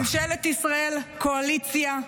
ממשלת ישראל, קואליציה,